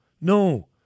no